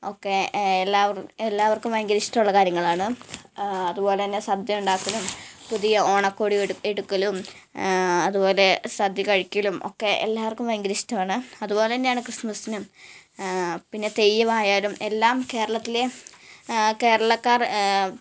ഒക്കെ എല്ലാവര് എല്ലാവര്ക്കും ഭയങ്കര ഇഷ്ടമുള്ള കാര്യങ്ങളാണ് അതുപോലെ തന്നെ സദ്യ ഉണ്ടാക്കലും പുതിയ ഓണക്കോടി എടു എടുക്കലും അതുപോലെ സദ്യ കഴിക്കലും ഒക്കെ എല്ലാവര്ക്കും ഭയങ്കര ഇഷ്ടാവാണ് അതുപോലെ തന്നെയാണ് ക്രിസ്മസിനും പിന്നെ തെയ്യമായാലും എല്ലാം കേരളത്തിലെ കേരളക്കാര്